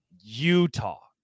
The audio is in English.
Utah